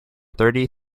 thirty